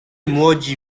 młodzi